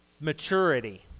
maturity